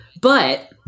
But-